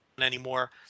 anymore